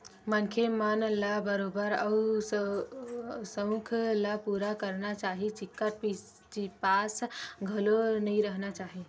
मनखे मन ल बरोबर अपन सउख ल पुरा करना चाही निच्चट चिपास घलो नइ रहिना चाही